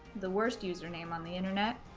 the worst username on the internet.